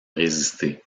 résister